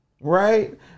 right